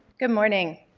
good morning.